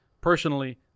personally